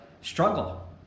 struggle